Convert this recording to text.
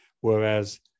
Whereas